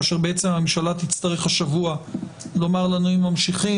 כאשר בעצם הממשלה תצטרך השבוע לומר לנו אם ממשיכים,